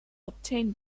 obtained